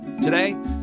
Today